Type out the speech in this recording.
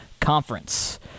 Conference